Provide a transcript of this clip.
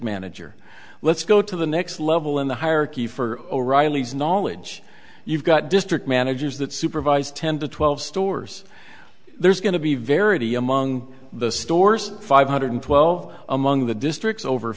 manager let's go to the next level in the hierarchy for o'reilly's knowledge you've got district managers that supervise ten to twelve stores there's going to be verity among the stores five hundred twelve among the districts over